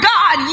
God